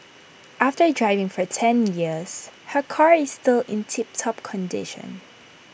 after driving for ten years her car is still in tiptop condition